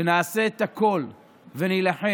ונעשה את הכול ונילחם.